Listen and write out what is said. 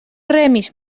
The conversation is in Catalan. remis